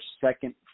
second